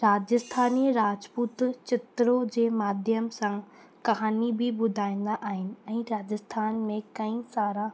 राजस्थानी राजपूत चित्रो जे माध्यम सां कहाणी बि ॿुधाईंदा आहिनि ऐं राजस्थान में कईं सारा